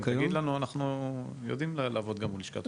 אנחנו יודעים לעבוד גם מול לשכת עורכי הדין.